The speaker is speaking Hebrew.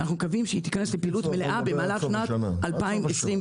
ואנחנו מקווים שהיא תיכנס לפעילות מלאה במהלך שנת 2023,